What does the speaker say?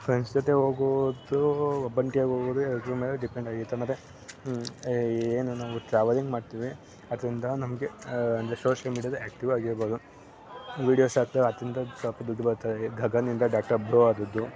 friends ಜೊತೆ ಹೋಗುವುದು ಒಬ್ಬಂಟಿಯಾಗಿ ಹೋಗುವುದು ಎರಡ್ರ ಮೇಲೆ ಡಿಪೆಂಡ್ ಆಗಿರುತ್ತೆ ಮತ್ತೆ ಏನು ನಾವು ಟ್ರಾವಲಿಂಗ್ ಮಾಡ್ತೀವಿ ಅದರಿಂದ ನಮಗೆ ಅಂದರೆ ಸೋಶಿಯಲ್ ಮೀಡಿಯಾದಾಗ ಆ್ಯಕ್ಟಿವ್ ಆಗಿರ್ಬೋದು ವೀಡಿಯೋಸ್ ಹಾಕ್ತಾ ಅತ್ತಿಂದ ಸ್ವಲ್ಪ ದುಡ್ಡು ಬರ್ತದೆ ಗಗನ ಇಂದ ಡಾಕ್ಟರ್ ಬ್ರೋ ಆದದ್ದು